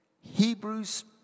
Hebrews